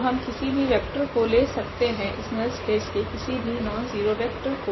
तो हम किसी भी वेक्टर को ले सकते है इस नल स्पेस के किसी भी नॉनज़ीरो वेक्टर को